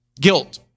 Guilt